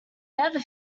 never